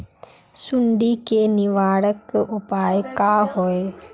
सुंडी के निवारक उपाय का होए?